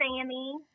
Sammy